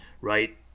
right